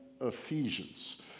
Ephesians